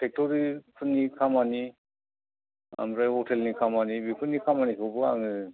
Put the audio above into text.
biscuit फेक्ट'रिफोरनि खामानि ओमफ्राय हटेलनि खामानि बेफोरनि खामानिखौबो आङो